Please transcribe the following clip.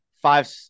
five